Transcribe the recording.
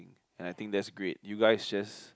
and I think that's great you guys just